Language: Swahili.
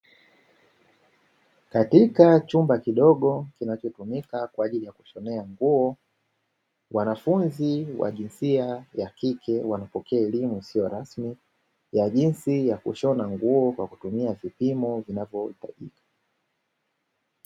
Katika chumba kidogo kinachotumika kwa ajili ya kushonea nguo, wanafunzi wa jinsia ya kike wanapokea elimu isiyorasmi ya jinsi ya kushona nguo kwa kutumia vipimo vinavyohitajika.